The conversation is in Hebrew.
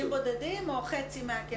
מקרים בודדים או חצי מהכסף.